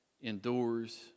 endures